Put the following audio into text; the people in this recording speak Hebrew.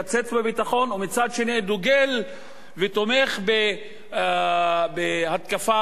ומצד שני דוגל ותומך בהתקפה על אירן,